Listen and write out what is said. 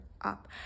up